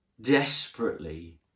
desperately